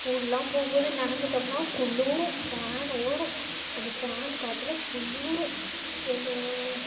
ஸ்கூலெலாம் போகும் போது நனஞ்சிடோம்னா குளுரும் ஃபேன் ஓடும் அந்த ஃபேன் காற்றுல குளுரும் எங்கள்